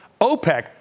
OPEC